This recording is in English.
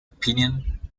opinion